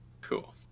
Cool